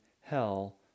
hell